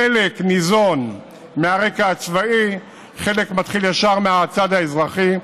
חלק ניזון מהרקע הצבאי וחלק מתחיל ישר מהצד האזרחי.